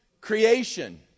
creation